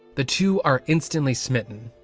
the two are instantly smitten,